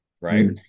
right